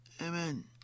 Amen